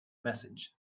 message